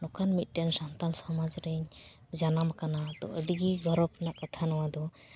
ᱱᱚᱝᱠᱟᱱ ᱢᱤᱫᱴᱮᱱ ᱥᱟᱱᱛᱟᱞ ᱥᱚᱢᱟᱡᱽ ᱨᱤᱧ ᱡᱟᱱᱟᱢ ᱟᱠᱟᱱᱟ ᱛᱳ ᱟᱹᱰᱤᱜᱮ ᱜᱚᱨᱚᱵᱽ ᱨᱮᱱᱟᱜ ᱠᱟᱛᱷᱟ ᱱᱚᱣᱟ ᱫᱚ